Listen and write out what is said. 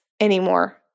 anymore